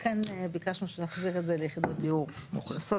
לכן ביקשנו שנכריז על זה יחידות דיור מאוכלסות,